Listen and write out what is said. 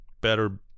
better